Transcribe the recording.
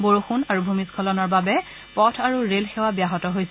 বৰষুণ আৰু ভূমিস্বলনৰ বাবে পথ আৰু ৰেল সেৱা ব্যাহত হৈছে